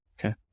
Okay